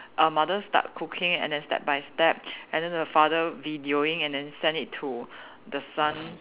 uh mother start cooking and then step by step and then the father videoing and then send it to the son